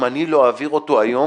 אם אני לא אעביר אותו היום,